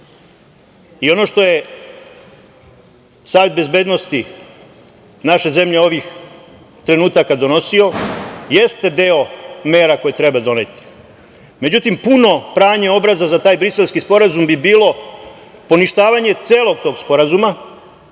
i ono što je Savet bezbednosti naše zemlje ovih trenutaka donosio jeste deo mera koje treba doneti.Međutim, puno pranje obraza za taj Briselski sporazum bi bilo poništavanje celog tog sporazuma,